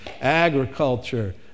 Agriculture